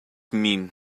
mean